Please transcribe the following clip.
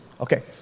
Okay